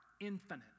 infinite